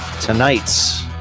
tonight's